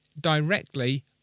directly